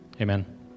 Amen